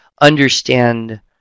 understand